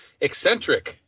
eccentric